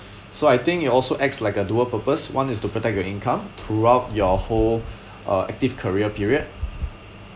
so I think it also acts like a dual purpose one is to protect your income throughout your whole uh active career period